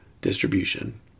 distribution